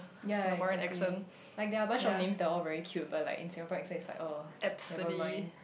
ya exactly like there are much of names they all very cute but like in Singapore accent it's like oh never mind